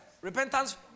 repentance